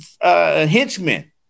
henchmen